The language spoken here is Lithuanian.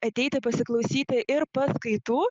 ateiti pasiklausyti ir paskaitų